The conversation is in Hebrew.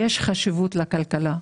יש חשיבות לכלכלה,